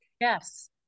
Yes